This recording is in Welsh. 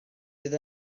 fydd